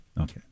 Okay